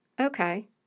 okay